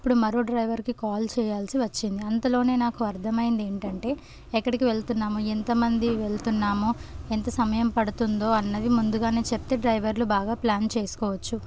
అప్పుడు మరో డ్రైవర్కి కాల్ చెయ్యాల్సి వచ్చింది అంతలోనే నాకు అర్థమైంది ఏంటంటే ఎక్కడికి వెళ్తున్నాము ఎంతమంది వెళ్తున్నామో ఎంత సమయం పడుతుందో అన్నది ముందుగానే చెప్తే డ్రైవర్లు బాగా ప్లాన్ చేసుకోవచ్చు